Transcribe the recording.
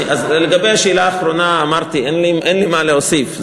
לגבי השאלה האחרונה, אמרתי שאין לי מה להוסיף.